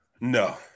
no